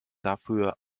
dafür